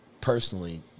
personally